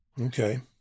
Okay